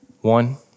One